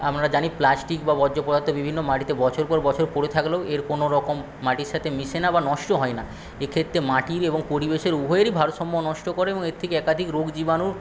আমরা জানি প্লাস্টিক বা বর্জ্য পদার্থ বিভিন্ন মাটিতে বছর পর বছর পরে থাকলেও এর কোনোরকম মাটির সাথে মেশে না বা নষ্ট হয় না এক্ষেত্রে মাটির এবং পরিবেশের উভয়েরই ভারসাম্য নষ্ট করে এবং এর থেকে একাধিক রোগ জীবাণু